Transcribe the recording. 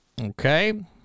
Okay